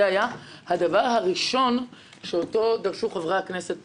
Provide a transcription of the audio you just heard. היה הדבר הראשון שאותו דרשו חברי הכנסת פה.